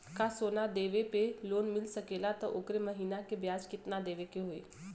का सोना देले पे लोन मिल सकेला त ओकर महीना के ब्याज कितनादेवे के होई?